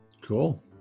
Cool